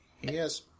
Yes